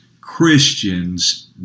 Christians